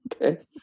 Okay